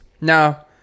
Now